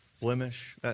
blemish